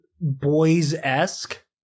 boys-esque